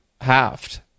Halved